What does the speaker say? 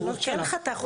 לא, הוא כן חתך אותי מירב.